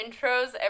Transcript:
intros